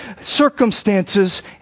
circumstances